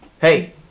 Hey